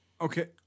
okay